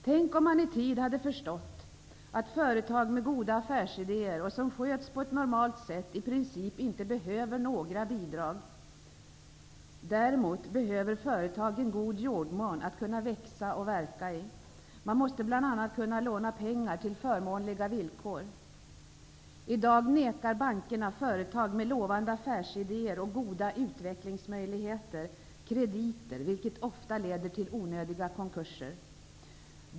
Tänk om man i tid hade förstått att företag med goda affärsidéer och som sköts på ett normalt sätt i princip inte behöver några bidrag. Däremot behöver företag en god jordmån att kunna växa och verka i. Företagen måste bl.a. kunna låna pengar till förmånliga villkor. I dag nekar bankerna företag med lovande affärsidéer och goda utvecklingsmöjligheter krediter, vilket ofta leder till onödiga konkurser.